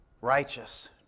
righteous